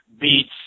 beats